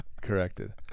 Corrected